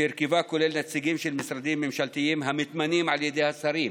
שהרכבה כולל נציגים של משרדים ממשלתיים המתמנים על ידי השרים,